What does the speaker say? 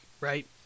right